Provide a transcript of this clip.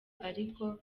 ariko